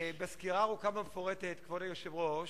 בסקירה הארוכה והמפורטת, כבוד היושב-ראש,